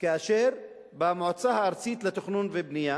כאשר במועצה הארצית לתכנון ובנייה,